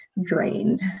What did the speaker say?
drained